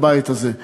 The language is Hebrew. בבית הזה.